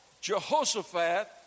Jehoshaphat